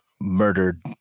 murdered